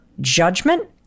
judgment